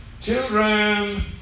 children